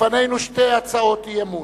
לפנינו שתי הצעות אי-אמון.